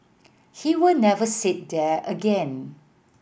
he will never sit there again